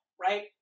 right